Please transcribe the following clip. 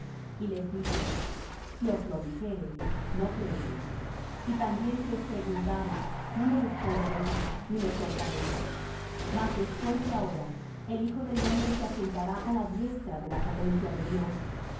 y les dijo si os lo dijere no creeréis y también si os preguntare no me responderéis ni me soltaréis mas después de ahora el hijo del hombre se asentará á la diestra de la potencia de dios